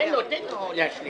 תן לו להשלים.